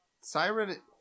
Siren